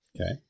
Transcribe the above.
Okay